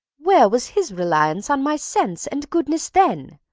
where was his reliance on my sense and goodness then?